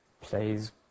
plays